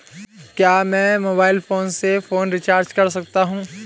क्या मैं mobile phone से फोन रिचार्ज कर सकता हूं?